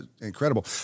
Incredible